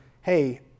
hey